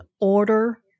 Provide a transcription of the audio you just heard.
order